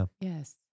yes